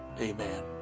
amen